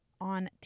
on